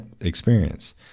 experience